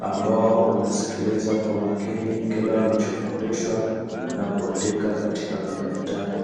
ambao wanasikiliza kwa makini kile anachofundisha na kuandika katika madaftari.